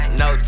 no